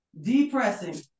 Depressing